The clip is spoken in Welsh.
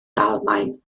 almaen